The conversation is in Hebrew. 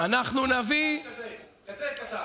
הוא שקרן כזה קטן.